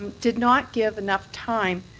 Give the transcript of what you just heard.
did not give enough time